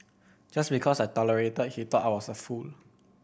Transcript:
just because I tolerated he thought I was a fool